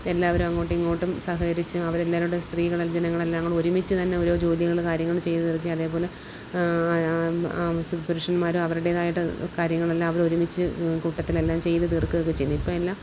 എല്ലാവരും അങ്ങോട്ടും ഇങ്ങോട്ടും സഹകരിച്ചും അവരെല്ലാവരോടും സ്ത്രീകൾ ജനങ്ങൾ എല്ലാം കൂടി ഒരുമിച്ച് തന്നെ ഓരോ ജോലികൾ കാര്യങ്ങൾ ചെയ്തു തീർക്കുകയും അതേപോലെ പുരുഷന്മാരും അവരുടേതായിട്ട് കാര്യങ്ങളെല്ലാം അവർ ഒരുമിച്ച് കൂട്ടത്തിൽ എല്ലാം ചെയ്ത് തീർക്കുകയൊക്കെ ചെയ്യുന്നു ഇപ്പോൾ എല്ലാം